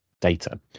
data